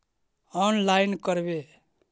Online करवे?